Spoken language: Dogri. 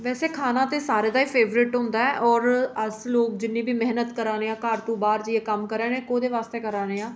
वैसे खाना ते सारें दा फेवरेट होंदा ऐ होर अस लोक जिन्नी बी मैह्नत करै ने आं घर तों बाह्र जाइयै कम्म करै ने आं कोह्दे आस्तै करै ने आं